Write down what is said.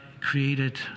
created